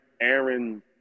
Aaron